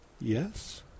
Yes